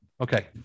Okay